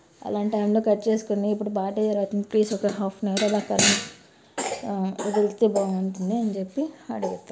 అలాంటి టైంలో కట్ చేసుకోండి ఇప్పుడు పార్టీ జరుతుంది ప్లీజ్ ఒక హాఫ్నవర్ అలా క వదిలితే బాగుంటుంది అని చెప్పి అడిగుతాను